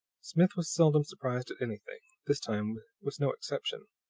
smith was seldom surprised at anything. this time was no exception.